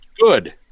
good